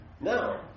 now